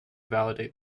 validate